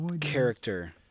character